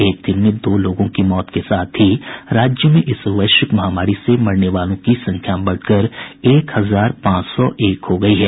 एक दिन में दो लोगों की मौत के साथ ही राज्य में इस वैश्विक महामारी से मरने वालों की संख्या बढ़कर एक हजार पांच सौ एक हो गई है